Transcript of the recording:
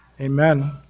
Amen